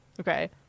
Okay